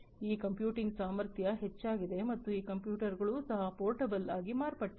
ಈ ಕಂಪ್ಯೂಟಿಂಗ್ ಸಾಮರ್ಥ್ಯ ಹೆಚ್ಚಾಗಿದೆ ಮತ್ತು ಈ ಕಂಪ್ಯೂಟರ್ಗಳು ಸಹ ಪೋರ್ಟಬಲ್ ಆಗಿ ಮಾರ್ಪಟ್ಟಿವೆ